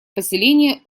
поселение